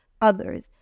others